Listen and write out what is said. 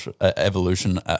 evolution